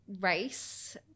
race